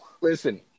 Listen